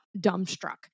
dumbstruck